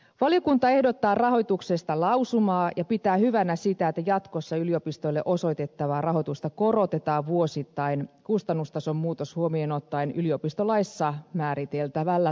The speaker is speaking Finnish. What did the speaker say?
valiokunta ehdottaa rahoituksesta lausumaa ja pitää hyvänä sitä että jatkossa yliopistoille osoitettavaa rahoitusta korotetaan vuosittain kustannustason muutos huomioon ottaen yliopistolaissa määriteltävällä tavalla